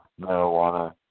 marijuana